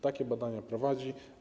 Takie badania prowadzi.